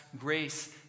grace